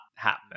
happen